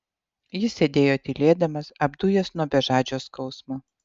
jis sėdėjo tylėdamas apdujęs nuo bežadžio skausmo